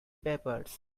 peppers